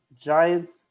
Giants